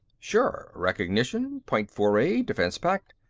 sure. recognition. point four aid. defense pact.